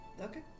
Okay